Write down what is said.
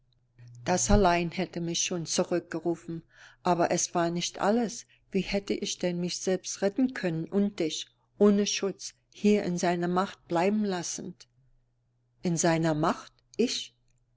das allein hätte mich schon zurückgerufen aber es war nicht alles wie hätte ich denn mich selbst retten können und dich ohne schutz hier in seiner macht bleiben lassend in seiner macht ich